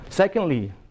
Secondly